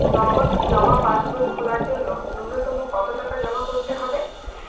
নগদ জমা পাসবই খোলার জন্য নূন্যতম কতো টাকা জমা করতে হবে?